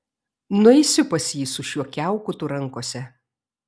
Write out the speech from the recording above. nueisiu pas jį su šiuo kiaukutu rankose